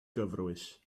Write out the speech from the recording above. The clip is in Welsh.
gyfrwys